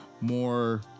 more